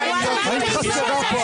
היית חסרה פה,